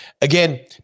Again